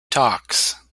talks